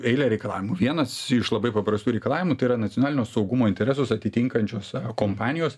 eilė reikalavimų vienas iš labai paprastų reikalavimų tai yra nacionalinio saugumo interesus atitinkančios kompanijos